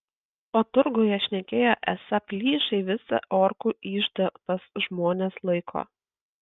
o turguje šnekėjo esą plyšai visą orkų iždą pas žmones laiko